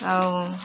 ଆଉ